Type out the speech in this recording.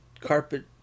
carpet